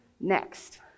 next